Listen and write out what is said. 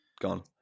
gone